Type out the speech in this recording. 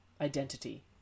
identity